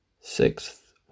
sixth